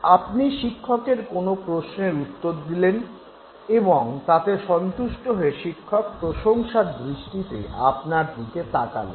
আপনি শিক্ষকের কোনো প্রশ্নের উত্তর দিলেন এবং তাতে সন্তুষ্ট হয়ে শিক্ষক প্রশংসার দৃষ্টিতে আপনার দিকে তাকালেন